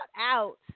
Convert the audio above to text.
out